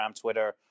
Twitter